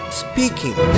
speaking